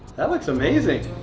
that looks amazing!